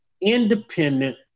independent